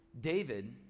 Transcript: David